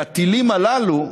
והטילים הללו,